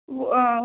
क्या बोल रहे हैं